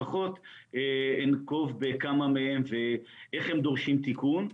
אני אנקוב בכמה מהן ואיך ניתן לתקן אותן.